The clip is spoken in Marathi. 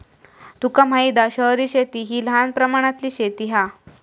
तुका माहित हा शहरी शेती हि लहान प्रमाणातली शेती हा